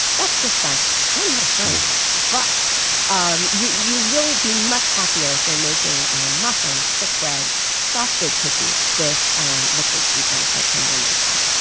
that's just science. i'm not a scientist, but um you you will be much happier if you're making muffins, quick breads or soft baked cookies with liquid sweeteners like honey or maple.